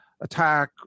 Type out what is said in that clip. attack